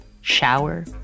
shower